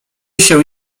się